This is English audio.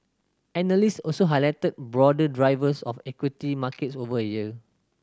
analyst also highlighted broader drivers of equity markets over the year